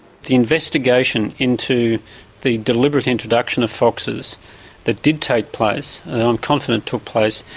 the investigation into the deliberate introduction of foxes that did take place, and i'm confident took place,